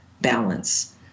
balance